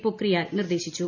പൊഖ്രിയാൽ നിർദ്ദേശിച്ചു